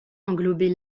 englobait